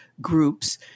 groups